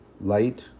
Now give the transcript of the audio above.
light